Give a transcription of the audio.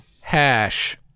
Hash